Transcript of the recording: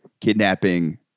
kidnapping